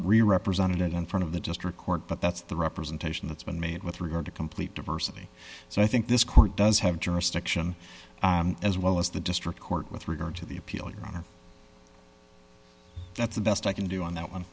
really represented in front of the district court but that's the representation that's been made with regard to complete diversity so i think this court does have jurisdiction as well as the district court with regard to the appeal your honor that's the best i can do on that one